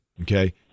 Okay